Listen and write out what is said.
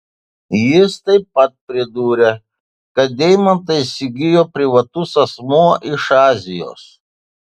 jis taip pat pridūrė kad deimantą įsigijo privatus asmuo iš azijos